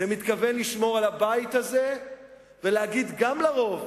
שמתכוון לשמור על הבית הזה ולהגיד: גם לרוב